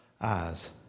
eyes